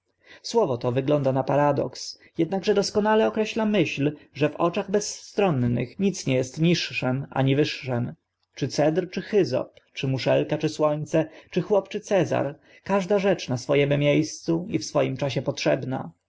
słowo to wygląda na paradoks ednakże doskonale określa myśl że w oczach bezstronnych nic nie est niższym ani wyższym czy cedr czy hyzop czy muszelka czy słońce czy chłop czy cezar każda rzecz na swoim mie scu i w swoim czasie potrzebna